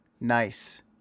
Nice